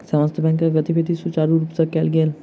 समस्त बैंकक गतिविधि सुचारु रूप सँ कयल गेल